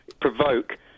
provoke